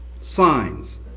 signs